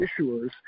issuers